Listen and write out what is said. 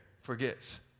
forgets